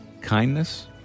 kindness